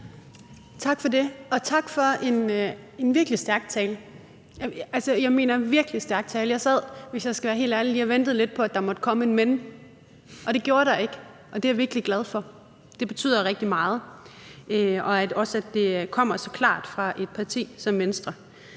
– og jeg mener en virkelig stærk tale. Hvis jeg skal være helt ærlig, sad jeg lige og ventede lidt på, at der måtte komme et »men«, og det gjorde der ikke, og det er jeg virkelig glad for. Det betyder rigtig meget, også at det kommer så klart fra et parti som Venstre.